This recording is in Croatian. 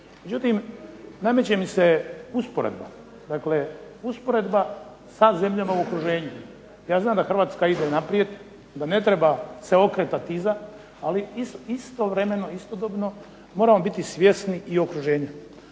Međutim nameće mi se usporedba, dakle usporedba sa zemljama u okruženju. Ja znam da Hrvatska ide naprijed, da ne treba se okretati iza, ali istovremeno, istodobno moramo biti svjesni i okruženja.